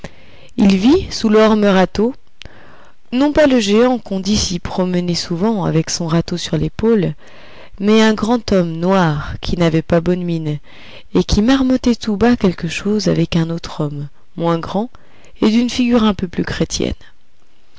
il vit sous l'orme râteau non pas le géant qu'on dit s'y promener souvent avec son râteau sur l'épaule mais un grand homme noir qui n'avait pas bonne mine et qui marmottait tout bas quelque chose avec un autre homme moins grand et d'une figure un peu plus chrétienne